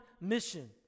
mission